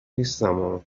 نیستما